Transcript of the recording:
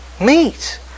meat